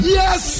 Yes